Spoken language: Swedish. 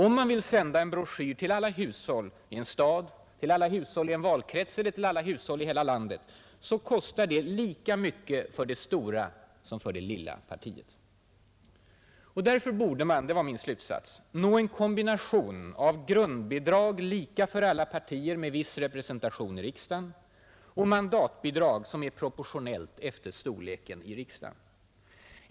Om man vill sända en broschyr till alla hushåll i en stad, i en valkrets eller i hela landet kostar det lika mycket för det stora som för det lilla partiet. Därför borde man, det var min slutsats, nå en kombination av grundbidrag lika för alla partier med viss representation i riksdagen, och mandatbidrag som är proportionellt efter storleken i riksdagen.